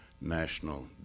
national